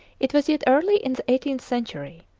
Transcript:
it was yet early in the eighteenth century.